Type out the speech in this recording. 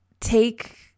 take